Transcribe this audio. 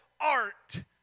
Art